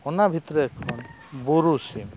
ᱚᱱᱟ ᱵᱷᱤᱛᱨᱤ ᱠᱷᱚᱱ ᱵᱩᱨᱩ ᱥᱤᱢ